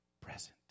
Present